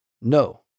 No